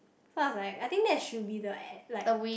then I was like I think that should be the a~ like